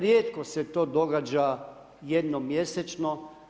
Rijetko se to događa jednom mjesečno.